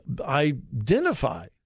identify